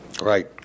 Right